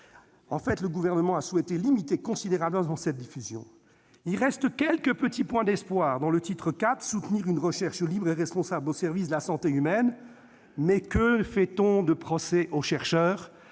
En fait, le Gouvernement a souhaité limiter considérablement cette diffusion. Restent quelques petites lueurs d'espoir dans le titre IV, « Soutenir une recherche libre et responsable au service de la santé humaine ». Mais que fait-on de procès aux chercheurs !